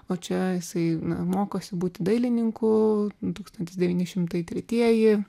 o čia jisai mokosi būti dailininku tūkstantis devyni šimtai tretieji